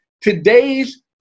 Today's